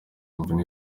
imvune